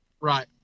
Right